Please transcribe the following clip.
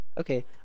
Okay